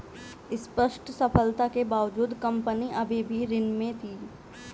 स्पष्ट सफलता के बावजूद कंपनी अभी भी ऋण में थी